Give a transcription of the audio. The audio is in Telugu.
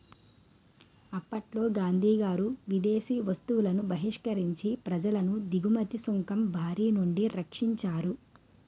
అప్పట్లో గాంధీగారు విదేశీ వస్తువులను బహిష్కరించి ప్రజలను దిగుమతి సుంకం బారినుండి రక్షించారు